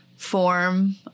form